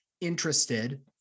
interested